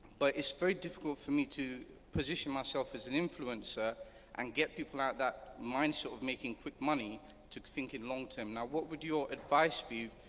but it's very difficult for me to position myself as an influencer and get people out of that mind sort of making quick money to thinking longterm. now what would your advice be,